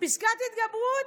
פסקת התגברות?